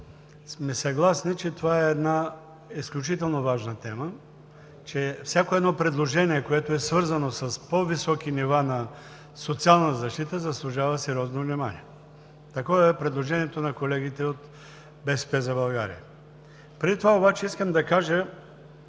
сме съгласни, че това е една изключително важна тема, че всяко предложение, което е свързано с по-високи нива на социална защита, заслужава сериозно внимание. Такова е предложението на колегите от „БСП за България“. Преди това обаче искам да кажа